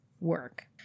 work